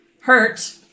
hurt